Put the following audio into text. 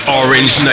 orange